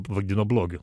vadino blogiu